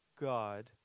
God